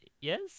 yes